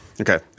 Okay